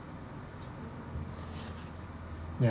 ya